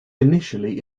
initially